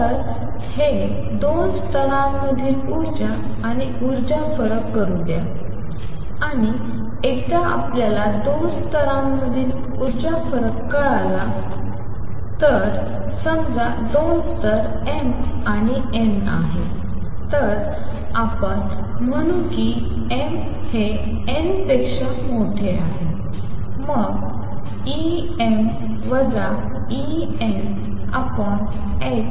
तर हे 2 स्तरांमधील ऊर्जा आणि उर्जा फरक करू द्या आणि एकदा आपल्याला 2 स्तरांमधील ऊर्जा फरक कळला तर समजा दोन स्तर m आणि n आहेत तर आपण म्हणू की m हे n पेक्षा मोठे आहे मग hmn